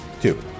Two